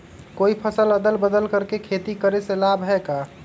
कोई फसल अदल बदल कर के खेती करे से लाभ है का?